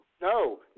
no